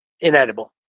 Inedible